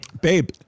Babe